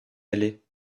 aller